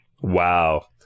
wow